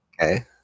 okay